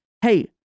hey